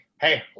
hey